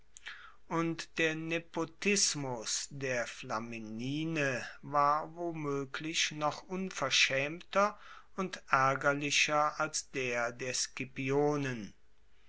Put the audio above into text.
und der nepotismus der flaminine war womoeglich noch unverschaemter und aergerlicher als der der scipionen